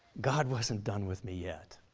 god wasn't done with me yet.